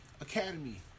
Academy